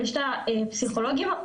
ויש פסיכולוגים,